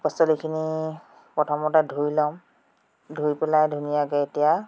পাচলিখিনি প্ৰথমতে ধুই ল'ম ধুই পেলাই ধুনীয়াকৈ এতিয়া